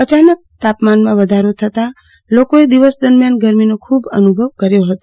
અચાનક તાચમાનમાં વધારો થતાં લોકોએ દિવસ દરમિયાન ગરમીનો ખૂબ અનુભવ કર્યો હતો